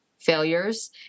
failures